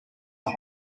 are